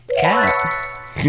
Cat